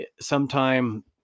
sometime